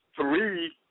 three